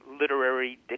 literary